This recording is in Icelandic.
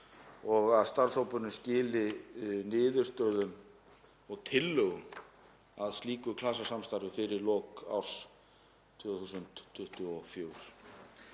Starfshópurinn skili niðurstöðum og tillögum að slíku klasasamstarfi fyrir lok árs 2024.